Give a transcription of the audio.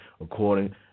According